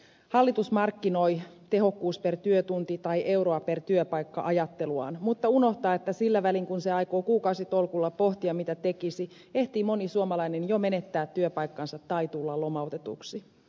hallitus markkinoi tehokkuus per työtunti tai euroa per työpaikka ajatteluaan mutta unohtaa että sillä välin kun se aikoo kuukausitolkulla pohtia mitä tekisi ehtii moni suomalainen jo menettää työpaikkansa tai tulla lomautetuksi